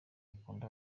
ikunda